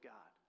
God